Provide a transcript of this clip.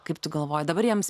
kaip tu galvoji dabar jiems